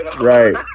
Right